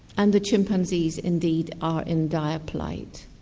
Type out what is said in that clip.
and the chimpanzees, indeed, are in dire plight.